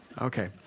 Okay